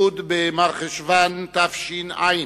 י' במרחשוון תש"ע,